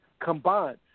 Combined